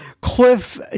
cliff